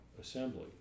assembly